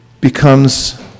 becomes